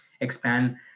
expand